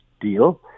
deal